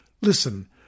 Listen